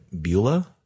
Beulah